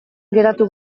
geratu